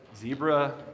zebra